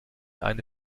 eine